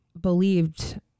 believed